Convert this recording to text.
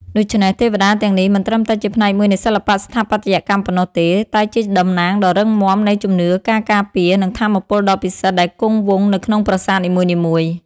ដូច្នេះ ទេវតាទាំងនេះមិនត្រឹមតែជាផ្នែកមួយនៃសិល្បៈស្ថាបត្យកម្មប៉ុណ្ណោះទេ តែជាតំណាងដ៏រឹងមាំនៃជំនឿ ការការពារ និងថាមពលដ៏ពិសិដ្ឋដែលគង់វង្សនៅក្នុងប្រាសាទនីមួយៗ។